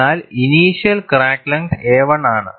എന്നാൽ initial crack length a1 ആണ്